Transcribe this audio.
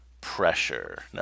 Pressure